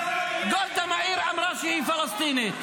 גולדה מאיר אמרה שהיא פלסטינית.